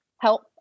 help